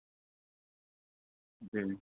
جی